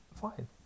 fine